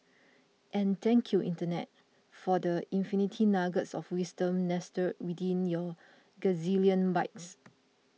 and thank you Internet for the infinite nuggets of wisdom nestled within your gazillion bytes